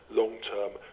long-term